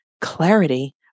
clarity